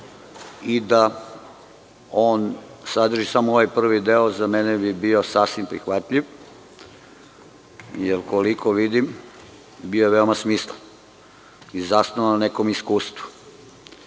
i da on sadrži samo ovaj prvi deo za mene bi bio sasvim prihvatljiv, jer koliko vidim bio je veoma smislen i zasnovan na nekom iskustvu.